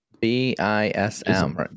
b-i-s-m